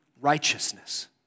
righteousness